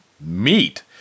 meat